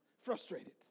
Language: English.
frustrated